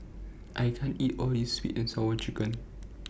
I can't eat All of This Sweet and Sour Chicken